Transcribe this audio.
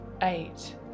Eight